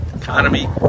economy